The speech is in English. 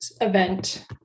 event